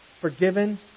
forgiven